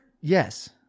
yes